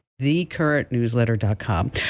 thecurrentnewsletter.com